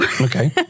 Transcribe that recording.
Okay